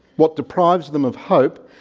what deprives them of hope,